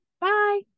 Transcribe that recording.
Bye